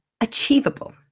achievable